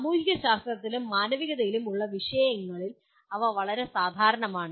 സാമൂഹ്യശാസ്ത്രത്തിലും മാനവികതയിലും ഉള്ള വിഷയങ്ങളിൽ അവ വളരെ സാധാരണമാണ്